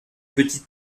petites